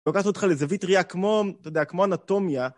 לוקחת אותך לזווית ראייה כמו, אתה יודע, כמו אנטומיה.